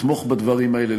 לתמוך בדברים האלה.